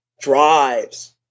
drives